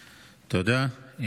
תודה.